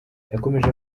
yakomeje